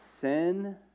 sin